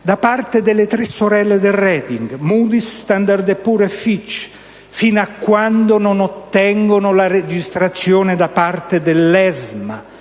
da parte delle cosiddette tre sorelle del *rating* - Moody's, Standard & Poor's e Fitch - fino a quando non ottengano la registrazione da parte dell'ESMA,